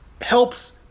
helps